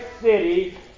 city